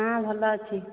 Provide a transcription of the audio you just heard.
ହଁ ଭଲ ଅଛି